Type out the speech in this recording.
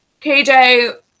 KJ